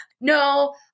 No